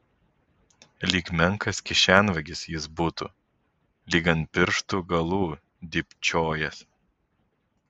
lyg menkas kišenvagis jis būtų lyg ant pirštų galų dybčiojąs